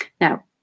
Now